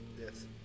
yes